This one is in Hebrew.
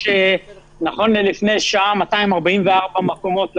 נכון ללפני שעה יש 244 מקומות לחולים.